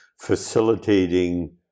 facilitating